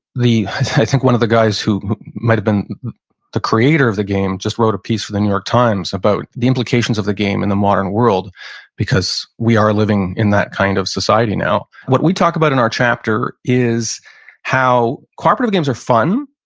i think one of the guys who might have been the creator of the game just wrote a piece for the new york times about the implications of the game in the modern world because we are living in that kind of society now what we talk about in our chapter is how, cooperative games are fun,